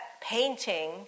painting